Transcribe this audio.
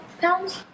Pounds